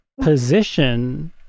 position